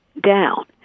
down